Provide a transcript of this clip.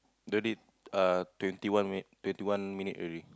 the date uh twenty one minute twenty one minute already